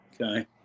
Okay